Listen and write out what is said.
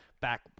back